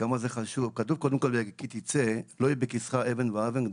כתוב כי תצא לא יהיה בכיסך אבן ואבן.